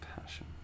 Passion